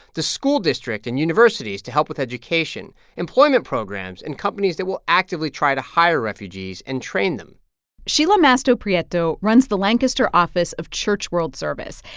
school district and universities to help with education, employment programs and companies that will actively try to hire refugees and train them sheila mastropietro runs the lancaster office of church world service,